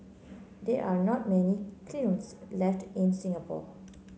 there are not many kilns left in Singapore